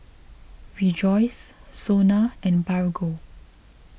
Rejoice Sona and Bargo